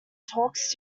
talks